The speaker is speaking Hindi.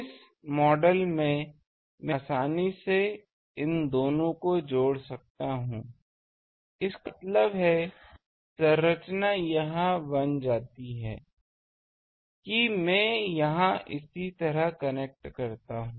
इस मॉडल में मैं आसानी से इन दोनों को जोड़ सकता हूं इसका मतलब है संरचना यह बन जाती है कि मैं यहां इसी तरह कनेक्ट करता हूं